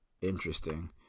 interesting